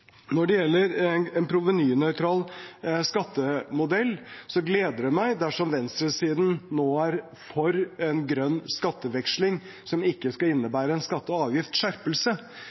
Når det gjelder en provenynøytral skattemodell, gleder det meg dersom venstresiden nå er for en grønn skatteveksling som ikke skal innebære en skatte- og avgiftsskjerpelse.